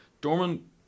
Dorman